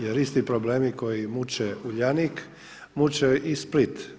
Jer isti problemi koji muče Uljanik muče i Split.